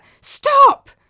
Stop